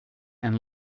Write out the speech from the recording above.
and